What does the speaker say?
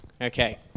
Okay